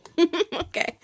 Okay